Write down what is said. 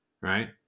right